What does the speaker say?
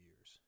years